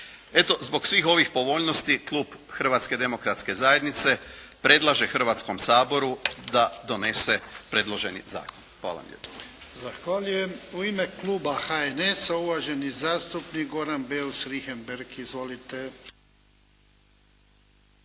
Eto zbog svih ovih povoljnosti Klub Hrvatske demokratske zajednice predlaže Hrvatskom saboru da donese predloženi zakon. Hvala